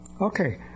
okay